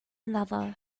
another